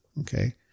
okay